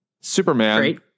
Superman